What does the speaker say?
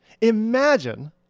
Imagine